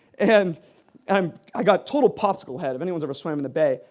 and um i got total popsicle head, if anyone's ever swam in the bay,